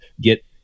get